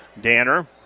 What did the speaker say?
Danner